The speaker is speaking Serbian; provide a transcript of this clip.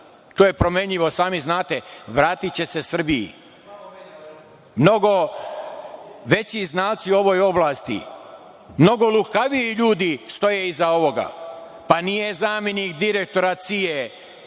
to je promenljivo sami znate, vratiće se Srbiji. Mnogo veći znalci u ovoj oblasti, mnogo lukaviji ljudi stoje iza ovoga. Nije zamenik direktora